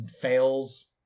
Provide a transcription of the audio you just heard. fails